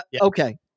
okay